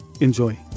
Enjoy